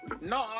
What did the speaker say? No